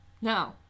no